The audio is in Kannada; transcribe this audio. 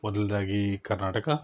ಮೊದ್ಲ್ನೇದಾಗಿ ಕರ್ನಾಟಕ